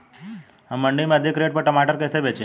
हम मंडी में अधिक रेट पर टमाटर कैसे बेचें?